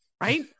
Right